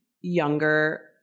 younger